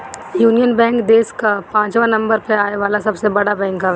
union Bank देस कअ पाचवा नंबर पअ आवे वाला सबसे बड़ बैंक हवे